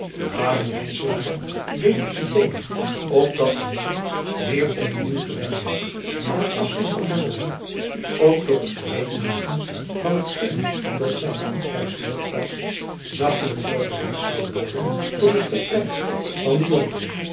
lijnslager deed dit meteen opdat de moeder meer of min gewennende aan het afzijn van haar zoon ook door het gereed maken van het geen tot zijne afreis noodig was zachtelijk voorbereid zou worden tot het vertrek van den jongeling